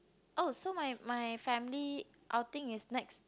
oh so my my family outing is next